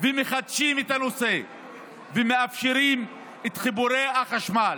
ומחדשים את הנושא ומאפשרים את חיבורי החשמל.